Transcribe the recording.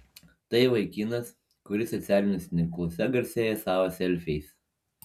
tai vaikinas kuris socialiniuose tinkluose garsėja savo selfiais